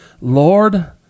Lord